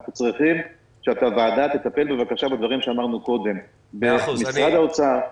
אנחנו צריכים שהוועדה תטפל בבקשה בדברים שאמרנו קודם במשרד האוצר,